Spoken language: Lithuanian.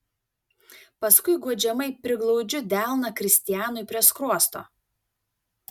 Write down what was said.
paskui guodžiamai priglaudžiu delną kristianui prie skruosto